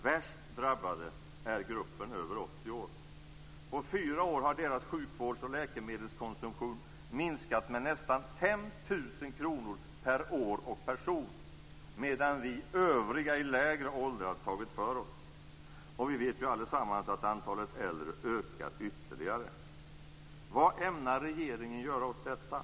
Värst drabbad är gruppen över 80 år. På fyra år har den gruppens sjukvårdsoch läkemedelskonsumtion i pengar minskat med nästan 5 000 kr per år och person, medan vi övriga i lägre åldrar har tagit för oss. Vi vet ju allesammans att antalet äldre ökar ytterligare. Vad ämnar regeringen göra åt detta?